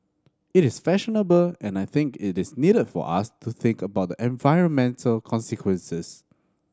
it is fashionable and I think it is needed for us to think about the environmental consequences